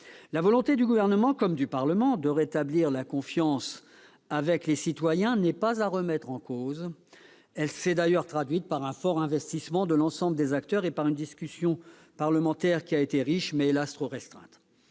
La volonté du Gouvernement, comme du Parlement, de rétablir la confiance avec les citoyens n'est pas à remettre en cause ; elle s'est d'ailleurs traduite par un fort investissement de l'ensemble des acteurs et par une discussion parlementaire qui fut riche, mais hélas trop restreinte.